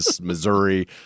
Missouri